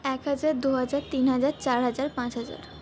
এক হাজার দু হাজার তিন হাজার চার হাজার পাঁচ হাজার